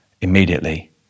immediately